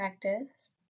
practice